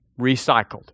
recycled